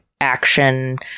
action